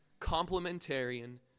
complementarian